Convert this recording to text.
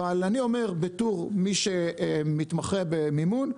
אבל אני אומר בתור מי שמתמחה במימון,